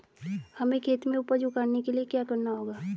हमें खेत में उपज उगाने के लिये क्या करना होगा?